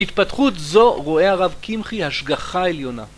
התפתחות זו רואה הרב קמחי השגחה עליונה